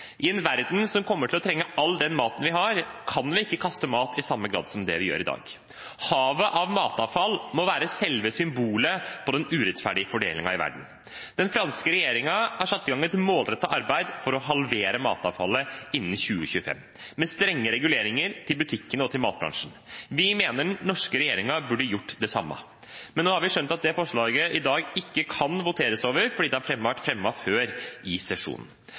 I en verden som kommer til å trenge all den maten vi har, kan vi ikke kaste mat i samme grad som det vi gjør i dag. Havet av matavfall må være selve symbolet på den urettferdige fordelingen i verden. Den franske regjeringen har satt i gang et målrettet arbeid for å halvere matavfallet innen 2025 – med strenge reguleringer til butikkene og til matbransjen. Vi mener den norske regjeringen burde gjort det samme. Men nå har vi skjønt at det forslaget i dag ikke kan voteres over fordi det har vært fremmet før i sesjonen.